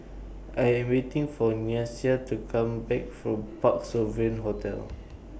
I Am waiting For Nyasia to Come Back from Parc Sovereign Hotel